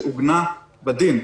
שעוגנה בדין,